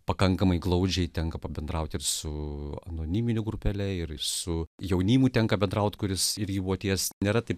pakankamai glaudžiai tenka pabendrauti ir su anoniminių grupele ir su jaunimu tenka bendrauti kuris ir į voties nėra taip